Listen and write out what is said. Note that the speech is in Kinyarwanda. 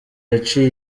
yaciye